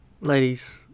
Ladies